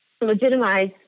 legitimize